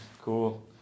Cool